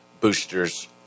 boosters